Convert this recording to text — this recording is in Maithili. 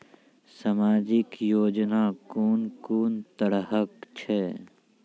समाजिक योजना कून कून तरहक छै?